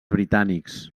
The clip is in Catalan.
britànics